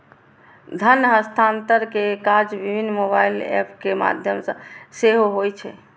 धन हस्तांतरण के काज विभिन्न मोबाइल एप के माध्यम सं सेहो होइ छै